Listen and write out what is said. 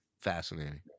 Fascinating